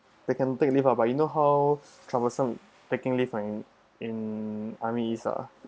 they can take leave but you know how troublesome taking leave in in armies ah